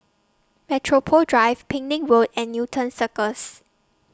Metropole Drive Penang Road and Newton Cirus